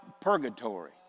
purgatory